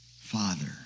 Father